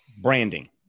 Branding